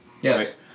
Yes